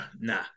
nah